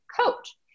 coach